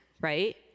right